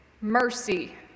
mercy